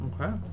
Okay